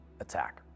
attack